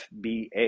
FBA